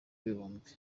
ibihumbi